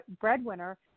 breadwinner